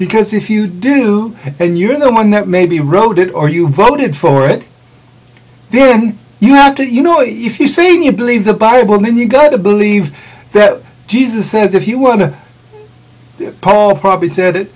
because if you do then you are the one that maybe wrote it or you voted for it then you have to you know if you saying you believe the bible then you gotta believe that jesus says if you want to paul probably said it